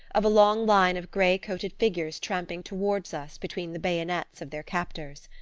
of a long line of grey-coated figures tramping toward us between the bayonets of their captors.